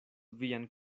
vian